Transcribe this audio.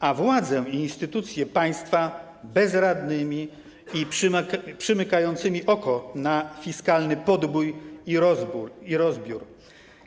a władzę i instytucje państwa - bezradnymi i przymykającymi oko na fiskalny podbój i rozbiór.